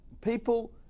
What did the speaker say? People